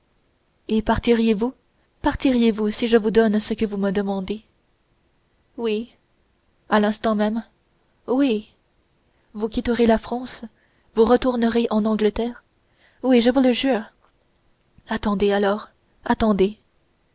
et partirez vous partirez vous si je vous donne ce que vous me demandez oui à l'instant même oui vous quitterez la france vous retournerez en angleterre oui je vous le jure attendez alors attendez